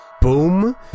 boom